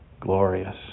glorious